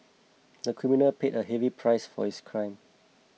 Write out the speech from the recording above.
the criminal paid a heavy price for his crime